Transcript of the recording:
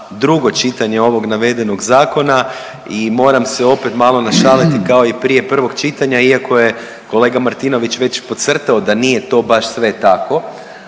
drugo čitanje ovog navedenog zakona i moram se opet malo našaliti kao i prije prvog čitanja, iako je kolega Martinović već podcrtao da nije to baš sve tako,